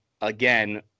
again